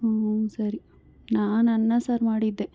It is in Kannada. ಹ್ಞೂ ಸರಿ ನಾನು ಅನ್ನ ಸಾರು ಮಾಡಿದ್ದೆ